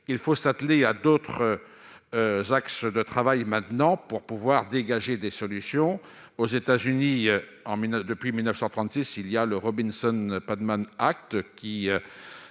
il faut s'atteler à d'autres axes de travail maintenant pour pouvoir dégager des solutions aux États-Unis en 1000 depuis 1936 il y a le Robinson, pas de Man Act,